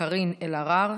קארין אלהרר,